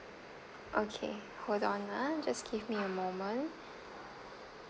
okay hold on ah just give me a moment